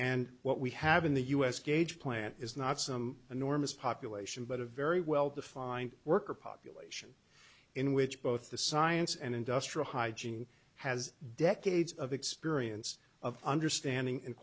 and what we have in the us gauge plant is not some enormous population but a very well defined worker population in which both the science and industrial hygiene has decades of experience of understanding and